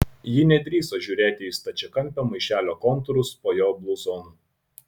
ji nedrįso žiūrėti į stačiakampio maišelio kontūrus po jo bluzonu